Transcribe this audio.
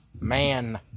Man